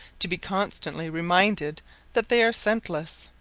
to be constantly reminded that they are scentless,